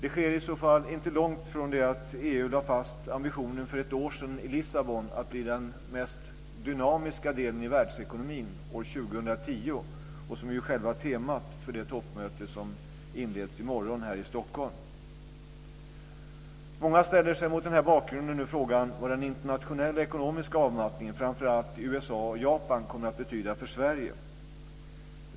Det sker i så fall inte lång tid efter det att EU för ett år sedan lade fast ambitionen att bli den mest dynamiska delen i världsekonomin år 2010, som ju är själva temat för det toppmöte som inleds i morgon här i Stockholm. Många ställer sig mot denna bakgrund nu frågan vad den internationella ekonomiska avmattningen framför allt i USA och Japan kommer att betyda för Sverige.